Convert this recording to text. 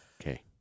Okay